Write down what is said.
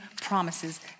promises